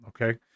Okay